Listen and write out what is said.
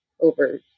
over